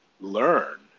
learn